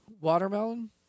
Watermelon